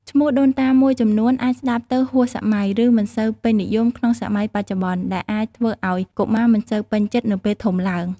ឈ្មោះដូនតាមួយចំនួនអាចស្តាប់ទៅហួសសម័យ ឬមិនសូវពេញនិយមក្នុងសម័យបច្ចុប្បន្ន ដែលអាចធ្វើឱ្យកុមារមិនសូវពេញចិត្តនៅពេលធំឡើង។